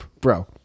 Bro